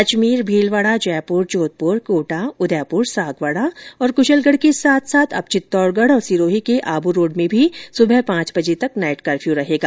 अजमेर भीलवाड़ा जयपुर जोधपुर कोटा उदयपुर सागवाड़ा क्शलगढ़ के साथ साथ अब चित्तौडगढ़ और सिरोही के आबूरोड में भी सुबह पांच बजे तक नाइट कर्फ्यू रहेगा